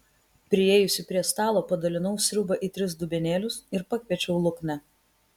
priėjusi prie stalo padalinau sriubą į tris dubenėlius ir pakviečiau luknę